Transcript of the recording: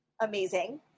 Amazing